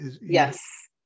Yes